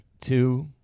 Two